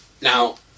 Now